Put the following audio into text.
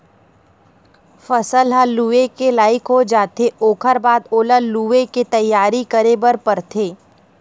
फसल ह लूए के लइक हो जाथे ओखर बाद ओला लुवे के तइयारी करे बर परथे